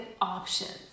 options